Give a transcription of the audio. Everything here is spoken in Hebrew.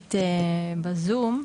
המשפטית בזום.